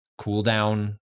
cooldown